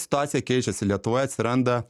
situacija keičiasi lietuvoj atsiranda